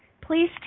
Please